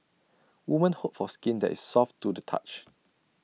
women hope for skin that is soft to the touch